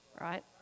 right